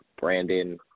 Brandon